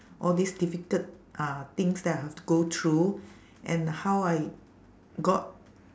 all this difficult uh things that I have to go through and how I got